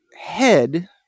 head